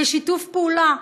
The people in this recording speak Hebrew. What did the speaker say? כשיתוף פעולה,